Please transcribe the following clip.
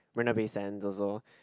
Marina-Bay-Sands also